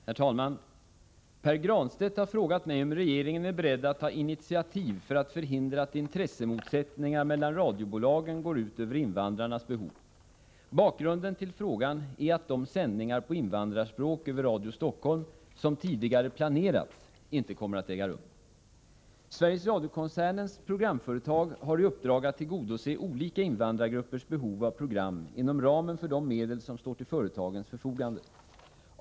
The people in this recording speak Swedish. Herr talman! Pär Granstedt har frågat mig om regeringen är beredd att ta initiativ för att förhindra att intressemotsättningar mellan radiobolagen går ut över invandrarnas behov. Bakgrunden till frågan är att de sändningar på invandrarspråk över Radio Stockholm, som tidigare planerats, inte kommer att äga rum. Sveriges Radio-koncernens programföretag har i uppdrag att tillgodose olika invandrargruppers behov av program inom ramen för de medel som står till företagens förfogande.